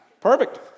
perfect